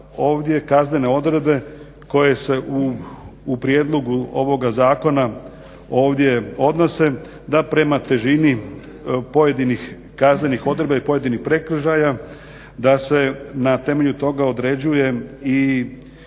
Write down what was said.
kaznene odredbe koje se u prijedlogu ovoga zakona ovdje odnose da prema težini pojedinih kaznenih odredbama i pojedinih prekršaja da se na temelju toga određuje i